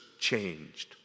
changed